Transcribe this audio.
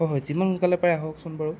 হয় হয় হয় যিমান সোনকালে পাৰে আহকচোন বাৰু